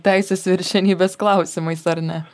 teisės viršenybės klausimais ar ne